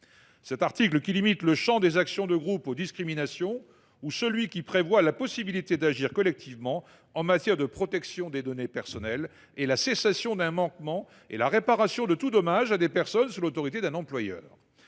Celui qui limite le champ des actions de groupe à la lutte contre les discriminations ou celui qui ouvre la possibilité d’agir collectivement en matière de protection des données personnelles et pour obtenir la cessation d’un manquement et la réparation de tout dommage causé à des personnes sous l’autorité d’un employeur